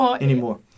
anymore